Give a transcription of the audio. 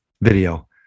video